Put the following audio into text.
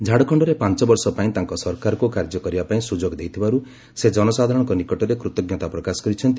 ଝାଡ଼ଖଣ୍ଡରେ ପାଞ୍ଚ ବର୍ଷ ପାଇଁ ତାଙ୍କ ସରକାରକୁ କାର୍ଯ୍ୟ କରିବା ପାଇଁ ସୁଯୋଗ ଦେଇଥିବାରୁ ସେ ଜନସାଧାରଣଙ୍କ ନିକଟରେ କୃତ୍ଜ୍ଞତା ପ୍ରକାଶ କରିଛନ୍ତି